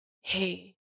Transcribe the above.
hey